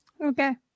Okay